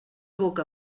boca